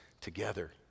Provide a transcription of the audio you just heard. together